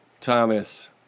Thomas